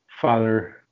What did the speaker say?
father